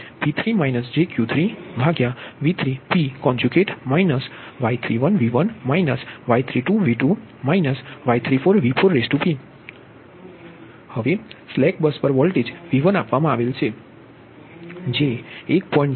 V3p11Y33P3 jQ3V3p Y31V1 Y32V2 Y34V4p હવે slack bus પર voltage V1 આપવામાં આવેલ છે જે 1